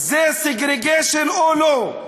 זה segregation או לא?